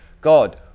God